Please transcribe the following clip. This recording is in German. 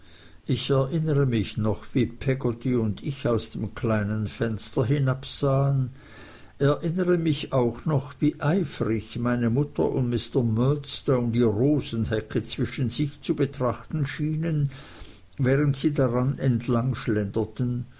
ich erinnere mich noch wie peggotty und ich aus dem kleinen fenster hinabsahen erinnere mich auch noch wie eifrig meine mutter und mr murdstone die rosenhecke zwischen sich zu betrachten schienen während sie daran